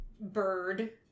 bird